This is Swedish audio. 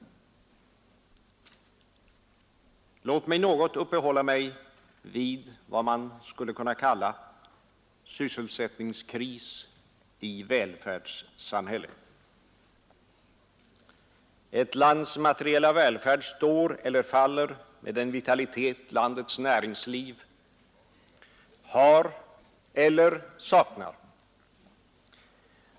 Låt mig något uppehålla mig vid vad man skulle kunna kalla ”sysselsättningskris i välfärdssamhälle”. Ett lands materiella välfärd står eller faller med den vitalitet landets näringsliv har eller saknar.